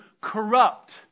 corrupt